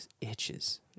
itches